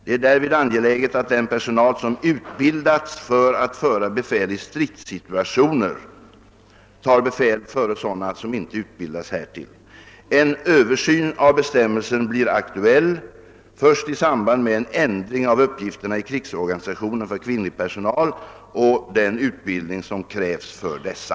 Det är därvid angeläget att den personal som utbildats för att föra befäl i stridssituationer tar befäl före sådana som inte utbildats härtill. En översyn av bestämmelsen blir aktuell först i samband med en ändring av uppgifterna i krigsorganisationen för kvinnlig personal och den utbildning som krävs för dessa.